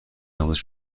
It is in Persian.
آموزش